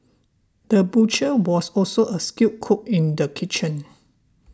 the butcher was also a skilled cook in the kitchen